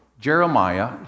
Jeremiah